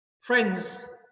Friends